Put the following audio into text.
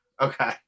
Okay